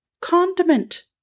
condiment